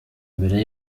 mbere